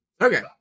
Okay